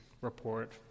report